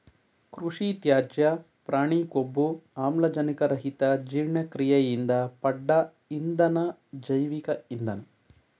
ಕೃಷಿತ್ಯಾಜ್ಯ ಪ್ರಾಣಿಕೊಬ್ಬು ಆಮ್ಲಜನಕರಹಿತಜೀರ್ಣಕ್ರಿಯೆಯಿಂದ ಪಡ್ದ ಇಂಧನ ಜೈವಿಕ ಇಂಧನ